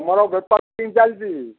ତୁମର ବେପାର କେମିତି ଚାଲିଛି